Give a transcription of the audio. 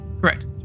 correct